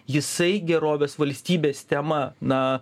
jisai gerovės valstybės tema na